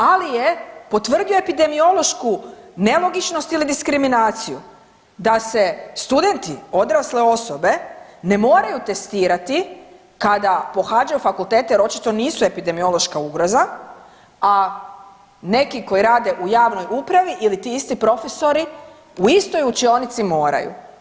Ali je potvrdio epidemiološku nelogičnost ili diskriminaciju da se studenti, odrasle osobe ne moraju testirati kada pohađaju fakultete jer očito nisu epidemiološka ugroza, a neki koji rade u javnoj upravi ili ti isti profesori u istoj učionici moraju.